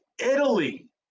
Italy